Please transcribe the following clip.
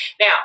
Now